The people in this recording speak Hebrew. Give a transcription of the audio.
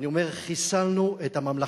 ואני אומר: חיסלנו, את הממלכתיות,